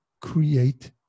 create